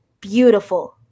beautiful